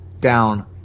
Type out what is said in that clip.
down